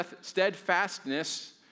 steadfastness